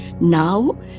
Now